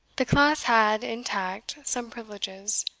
the class had, intact, some privileges.